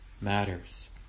matters